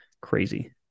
crazy